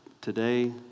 today